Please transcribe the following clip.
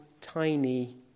tiny